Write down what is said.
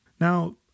Now